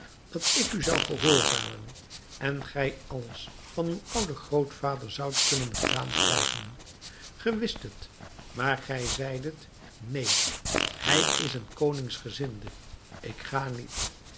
dat ik u zou gehoorzamen en gij alles van uw ouden grootvader zoudt kunnen gedaan krijgen ge wist het maar gij zeidet neen hij is een koningsgezinde ik ga niet